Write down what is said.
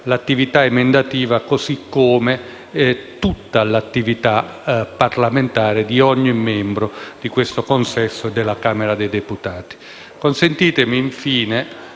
l'attività emendativa, così come tutta l'attività parlamentare di ogni membro di questo consesso e della Camera dei deputati. Consentitemi, infine,